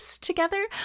together